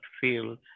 feel